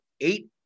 eight